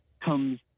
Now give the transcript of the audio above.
comes